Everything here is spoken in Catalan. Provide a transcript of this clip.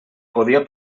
podia